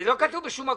זה לא כתוב בשום מקום.